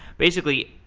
basically,